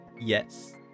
Yes